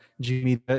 Jimmy